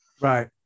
Right